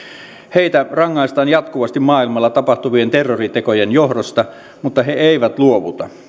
heitä rangaistaan jatkuvasti maailmalla tapahtuvien terroritekojen johdosta mutta he eivät luovuta